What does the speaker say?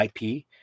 IP